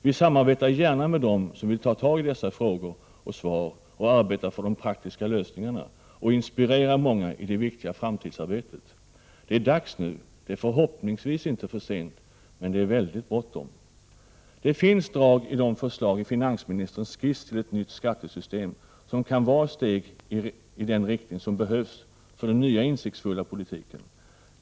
Vi samarbetar gärna med dem som vill ta tag i dessa frågor och svar och arbeta fram de praktiska lösningarna och inspirera många i det viktiga framtidsarbetet. Det är dags nu — det är förhoppningsvis inte för sent, men det är väldigt bråttom. Det finns drag i de förslag i finansministerns skiss till ett nytt skattesystem som kan vara steg i den riktning som behövs för den nya insiktsfulla politiken.